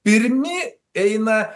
pirmi eina